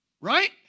right